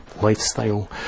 lifestyle